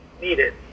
needed